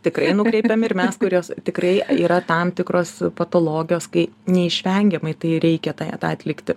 tikrai nukreipiam ir mes kuriuos tikrai yra tam tikros patologijos kai neišvengiamai tai reikia tą atlikti